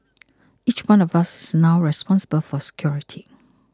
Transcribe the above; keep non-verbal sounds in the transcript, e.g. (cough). (noise) each one of us is now responsible for security